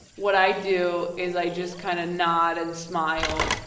what i do is i just kind of nod and smile,